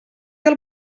del